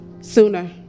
sooner